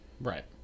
right